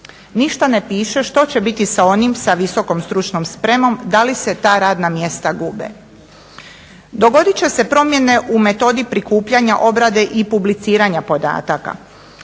Ništa ne piše što će biti sa onim sa VSS? Da li se ta radna mjesta gube? Dogodit će se promjene u metodi prikupljanja obrade i publiciranja podataka.